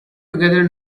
together